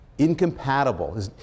Incompatible